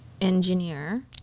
engineer